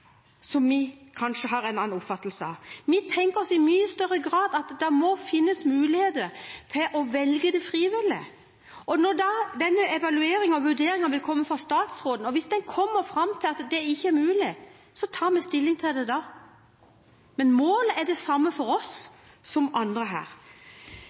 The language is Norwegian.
at vi kanskje har en annen oppfattelse av veien dit. Vi tenker i mye større grad at det må finnes muligheter til å velge det frivillig. Og om den evalueringen og vurderingen som kommer fra statsråden, kommer fram til at det ikke er mulig, så tar vi stilling til det da. Målet er det samme for oss som for andre her,